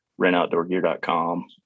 rentoutdoorgear.com